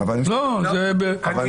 אני